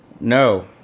No